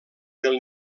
del